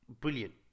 brilliant